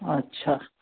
अच्छा